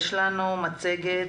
בסדר.